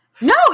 No